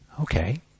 Okay